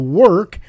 work